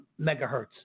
megahertz